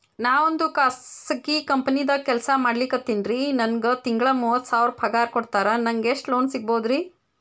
ನಾವೊಂದು ಖಾಸಗಿ ಕಂಪನಿದಾಗ ಕೆಲ್ಸ ಮಾಡ್ಲಿಕತ್ತಿನ್ರಿ, ನನಗೆ ತಿಂಗಳ ಮೂವತ್ತು ಸಾವಿರ ಪಗಾರ್ ಕೊಡ್ತಾರ, ನಂಗ್ ಎಷ್ಟು ಲೋನ್ ಸಿಗಬೋದ ರಿ?